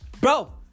bro